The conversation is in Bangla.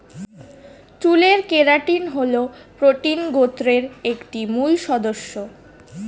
চুলের কেরাটিন হল প্রোটিন গোত্রের একটি মূল সদস্য